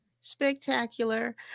spectacular